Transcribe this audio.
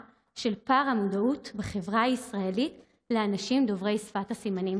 החולה של פער המודעות בחברה הישראלית לאנשים דוברי שפת הסימנים.